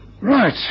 Right